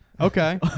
Okay